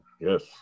yes